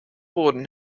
boden